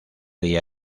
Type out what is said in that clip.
día